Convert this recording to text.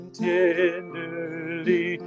tenderly